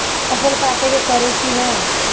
फसल काटे के परी कि न?